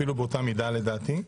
אפילו באותה מידה לדעתי.